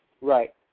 Right